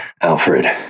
Alfred